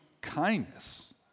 Kindness